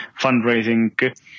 fundraising